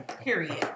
Period